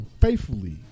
faithfully